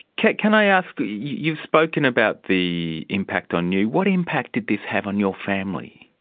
can can i ask, you've spoken about the impact on you what impact did this have on your family?